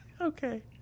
Okay